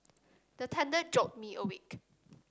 the thunder jolt me awake